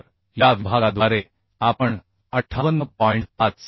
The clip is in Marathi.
तर या विभागाद्वारे आपण 58